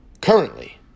currently